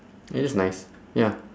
it is nice ya